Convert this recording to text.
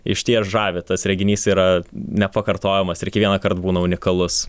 išties žavi tas reginys yra nepakartojamas ir kiekvienąkart būna unikalus